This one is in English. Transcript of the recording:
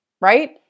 right